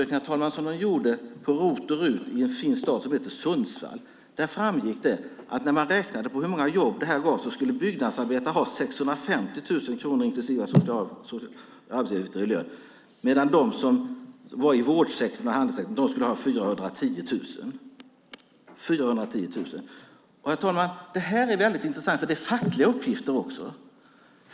Av en undersökning om RUT och ROT som man gjorde i en fin stad som heter Sundsvall framgick att när man räknade på hur många jobb det blir skulle en byggnadsarbetare ha 650 000 kronor inklusive arbetsgivaravgifter i lön och medan de i vårdsektorn och handelssektorn skulle ha 410 000 kronor. Det är väldigt intressant, eftersom det också är fackliga uppgifter.